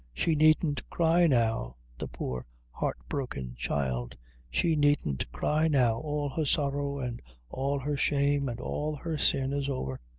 she needn't cry now, the poor heartbroken child she needn't cry now all her sorrow, and all her shame, and all her sin is over.